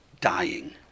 dying